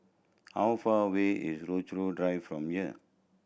how far away is Rochalie Drive from here